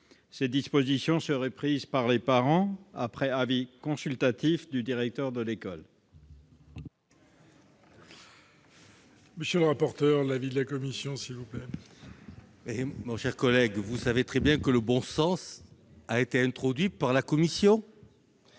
Ces dispositions seraient prises par les parents après avis consultatif du directeur de l'école. Quel est l'avis de la commission ? Mon cher collègue, vous savez très bien que le bon sens a été introduit par la commission à